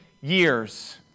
years